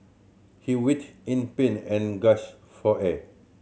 he in pain and for air